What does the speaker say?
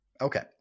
Okay